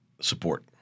support